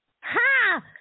Ha